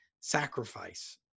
sacrifice